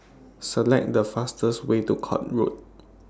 Select The fastest Way to Court Road